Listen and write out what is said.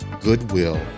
goodwill